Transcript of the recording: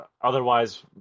otherwise